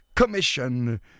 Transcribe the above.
Commission